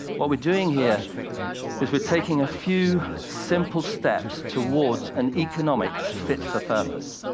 what we're doing here is we're taking a few simple steps towards an economics fit for purpose.